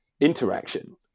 interaction